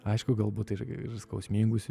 aišku galbūt ir skausmingus